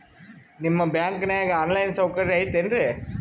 ನಿಮ್ಮ ಬ್ಯಾಂಕನಾಗ online ಸೌಕರ್ಯ ಐತೇನ್ರಿ?